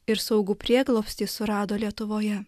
ir saugų prieglobstį surado lietuvoje